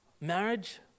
marriage